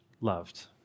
loved